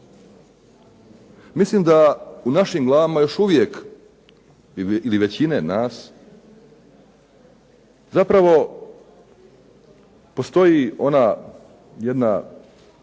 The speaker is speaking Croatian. Mislim da u našim glavama još uvijek ili većine nas zapravo postoji ona jedna